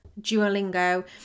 duolingo